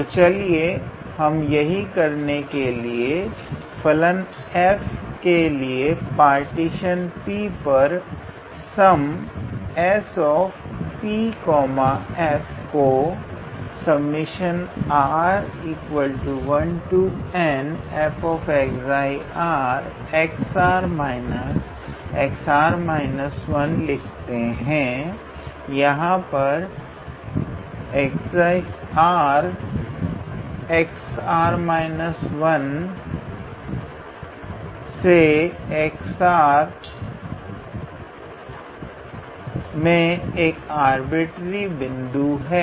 तो चलिए हम यही करने के लिए फलन f के लिए पार्टीशन P पर सम SPf को लिखते हैं जहां 𝜉𝑟 𝑥𝑟−1𝑥𝑟 मे एक अर्बिट्ररी बिंदु है